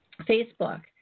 Facebook